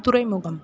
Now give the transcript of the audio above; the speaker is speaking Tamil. துறைமுகம்